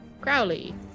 Crowley